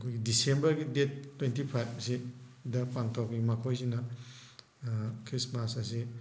ꯑꯩꯈꯣꯏꯒꯤ ꯗꯤꯁꯦꯝꯕꯔꯒꯤ date twenty ꯐꯥꯏꯕ ꯑꯁꯤ ꯗ ꯄꯥꯡꯊꯣꯛꯏ ꯃꯈꯣꯏꯁꯤꯅ ꯈ꯭ꯔꯤꯁꯃꯥꯁ ꯑꯁꯤ